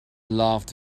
laughed